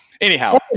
Anyhow